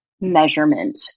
measurement